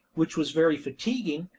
which was very fatiguing,